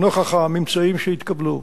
נוכח הממצאים שהתקבלו,